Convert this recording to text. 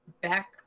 back